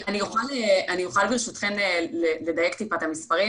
אני אוכל, ברשותכם, לדייק מעט את הנתונים?